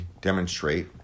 demonstrate